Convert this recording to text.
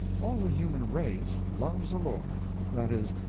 all the human race loves a lord that is,